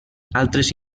altres